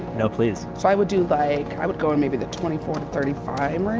no please. so i would do like, i would go on maybe the twenty four to thirty five